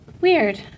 Weird